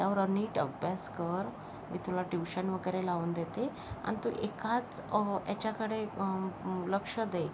त्यावर नीट अभ्यास कर मी तुला ट्यूशन वगैरे लावून देते अन तू एकाच ह्याच्याकडे लक्ष दे